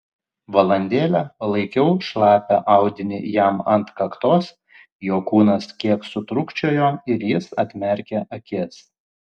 valandėlę palaikiau šlapią audinį jam ant kaktos jo kūnas kiek sutrūkčiojo ir jis atmerkė akis